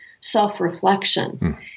self-reflection